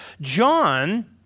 John